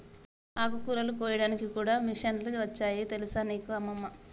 ఆకుకూరలు కోయడానికి కూడా మిషన్లు వచ్చాయి తెలుసా నీకు అమ్మమ్మ